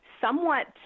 somewhat